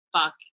fuck